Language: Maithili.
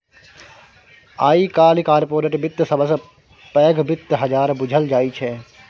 आइ काल्हि कारपोरेट बित्त सबसँ पैघ बित्त बजार बुझल जाइ छै